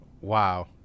Wow